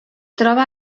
troba